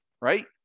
right